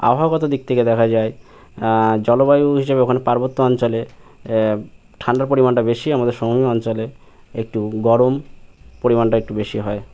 আবহাওয়াগত দিক থেকে দেখা যায় জলবায়ু হিসাবে ওখানে পার্বত্য অঞ্চলে ঠান্ডার পরিমাণটা বেশি আমাদের সমভূমি অঞ্চলে একটু গরম পরিমাণটা একটু বেশি হয়